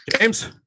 James